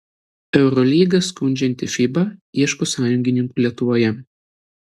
eurolygą skundžianti fiba ieško sąjungininkų lietuvoje